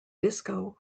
disco